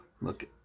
look